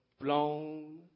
blown